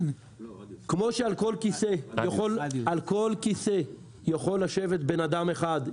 כמו שעל כל כיסא יכול לשבת בן אדם אחד,